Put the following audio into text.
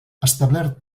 establert